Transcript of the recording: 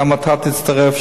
גם אתה תצטרף,